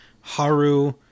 Haru